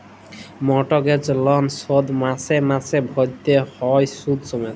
mortgage লল শোধ মাসে মাসে ভ্যইরতে হ্যয় সুদ সমেত